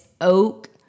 oak